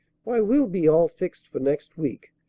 why, we'll be all fixed for next week.